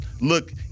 look